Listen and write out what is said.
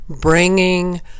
bringing